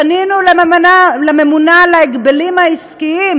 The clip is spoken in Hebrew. פנינו לממונה על ההגבלים העסקיים,